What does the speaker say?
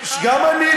גם אני,